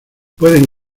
pueden